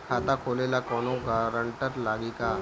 खाता खोले ला कौनो ग्रांटर लागी का?